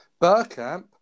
Burkamp